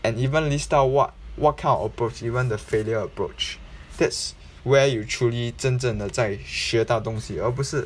and even list out what what kind of approach even the failure approach that's where you truly 真正的在学到东西而不是